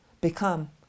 become